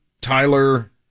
Tyler